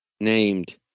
named